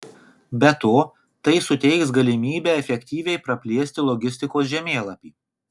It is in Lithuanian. be to tai suteiks galimybę efektyviai praplėsti logistikos žemėlapį